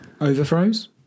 Overthrows